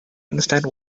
understand